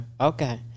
okay